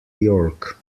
york